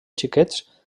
xiquets